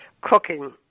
cooking